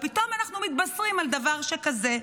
ופתאום אנחנו מתבשרים על דבר שכזה.